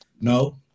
No